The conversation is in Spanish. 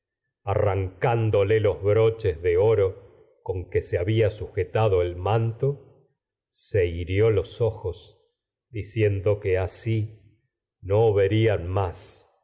arrancándole los broches de oro con que áe había sujetado el verían manto ni los se hirió los ojos diciendo que asi no que más